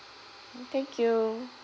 thank you